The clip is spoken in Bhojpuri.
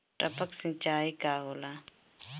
टपक सिंचाई का होला?